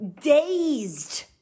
dazed